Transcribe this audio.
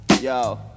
Yo